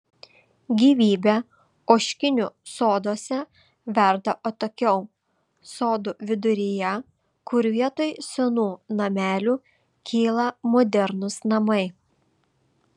gyvybė ožkinių soduose verda atokiau sodų viduryje kur vietoj senų namelių kyla modernūs namai